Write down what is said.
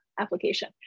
application